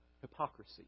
Hypocrisy